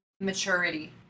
maturity